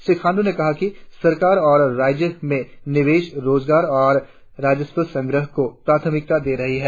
श्री खांडू ने कहा कि सरकार और राज्य में निवेश रोजगार और राजस्व संग्रह को प्राथमिकता दे रही है